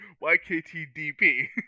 y-k-t-d-p